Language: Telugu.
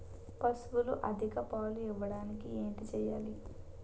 పశువులు అధిక పాలు ఇవ్వడానికి ఏంటి చేయాలి